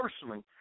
personally